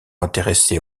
intéressée